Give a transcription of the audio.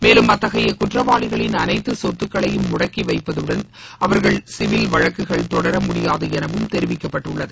மேலும் அத்தகைய குற்றவாளிகளின் அனைத்து சொத்துக்களையும் முடக்கி வைப்பதுடன் அவர்கள் சிவில்வழக்குகள் தொடர முடியாது எனவும் தெரிவிக்கப்பட்டுள்ளது